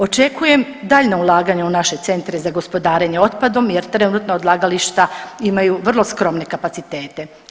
Očekujem daljnja ulaganja u naše Centre za gospodarenje otpadom, jer trenutna odlagališta imaju vrlo skromne kapacitete.